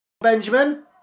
Benjamin